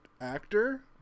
actor